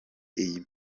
iyi